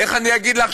איך אני אגיד לך,